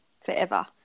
forever